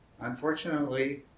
unfortunately